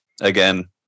again